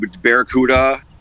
barracuda